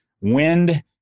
wind